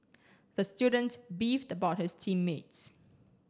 the student beefed about his team mates